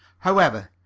however,